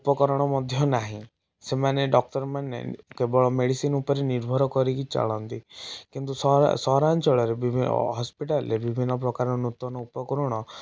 ଉପକରଣ ମଧ୍ୟ ନାହିଁ ସେମାନେ ଡକ୍ତରମାନେ କେବଳ ମେଡ଼ିସିନ୍ ଉପରେ ନିର୍ଭର କରିକି ଚଳନ୍ତି କିନ୍ତୁ ସହରାଞ୍ଚଳରେ ବିଭିନ୍ନ ହସ୍ପିଟାଲରେ ବିଭିନ୍ନ ପ୍ରକାର ନୂତନ ଉପକରଣ